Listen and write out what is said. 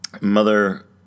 mother